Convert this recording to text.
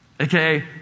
Okay